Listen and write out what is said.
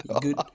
Good